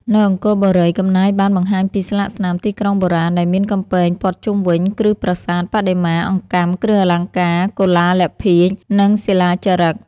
នៅអង្គរបុរី កំណាយបានបង្ហាញពីស្លាកស្នាមទីក្រុងបុរាណដែលមានកំពែងព័ទ្ធជុំវិញ គ្រឹះប្រាសាទ បដិមា អង្កាំ គ្រឿងអលង្ការ កុលាលភាជន៍ និងសិលាចារឹក។